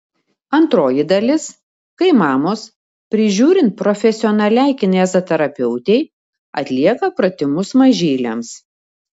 antroji dalis kai mamos prižiūrint profesionaliai kineziterapeutei atlieka pratimus mažyliams